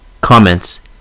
Comments